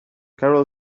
carol